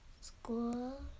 school